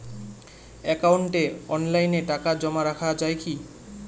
একাউন্টে অনলাইনে টাকা জমা রাখা য়ায় কি?